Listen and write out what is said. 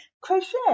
crochet